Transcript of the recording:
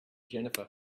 jennifer